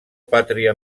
pàtria